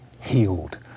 healed